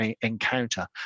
encounter